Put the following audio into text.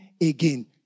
again